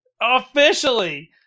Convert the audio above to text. Officially